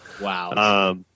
Wow